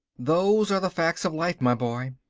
those are the facts of life my boy.